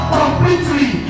completely